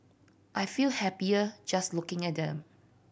I feel happier just looking at them